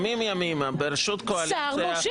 מימים-ימימה, בראשות קואליציה --- שר מושך.